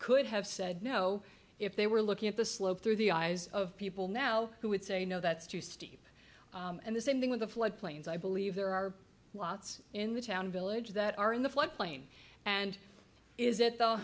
could have said no if they were looking at the slope through the eyes of people now who would say no that's too steep and the same thing with the flood plains i believe there are lots in the town village that are in the floodplain and is it the